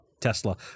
tesla